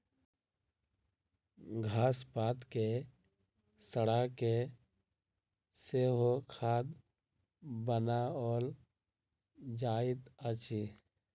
घास पात के सड़ा के सेहो खाद बनाओल जाइत अछि